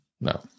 no